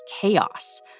chaos